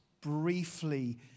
briefly